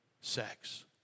sex